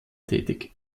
tätig